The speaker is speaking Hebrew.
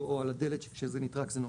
או על הדלת שכשזה נטרק זה נופל.